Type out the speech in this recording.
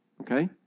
Okay